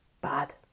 Bad